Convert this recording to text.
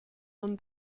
onn